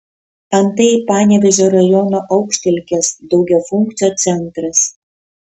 antai panevėžio rajono aukštelkės daugiafunkcio centras